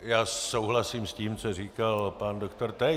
Já souhlasím s tím, co říkal pan doktor Tejc.